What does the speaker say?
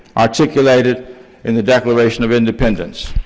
articulated in the declaration of independence.